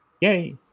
Yay